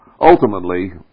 ultimately